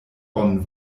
bonn